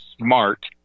smart